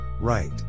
Right